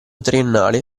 triennale